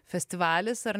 festivalis ar